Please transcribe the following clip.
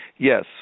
Yes